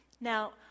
Now